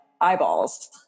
eyeballs